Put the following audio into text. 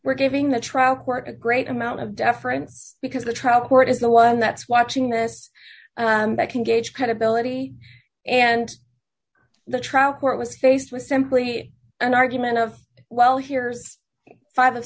we're giving the trial court a great amount of deference because the trial court is the one that's watching this and that can gauge credibility and the trial court was faced with simply an argument of well here's five of